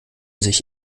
sich